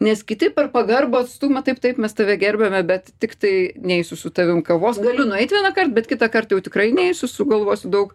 nes kiti per pagarbų atstumą taip taip mes tave gerbiame bet tiktai neisiu su tavim kavos galiu nueiti vienąkart bet kitąkart jau tikrai neisiu sugalvosiu daug